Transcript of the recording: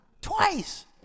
twice